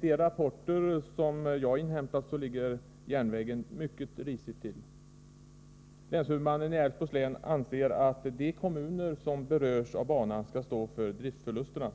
de rapporter som jag inhämtat ligger järnvägen mycket risigt till. Länshuvudmannen i Älvsborgs län anser att de kommuner som berörs av banan skall stå för driftsförlusterna.